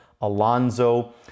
Alonzo